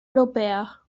europea